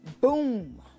Boom